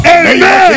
amen